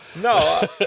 No